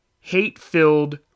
hate-filled